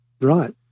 Right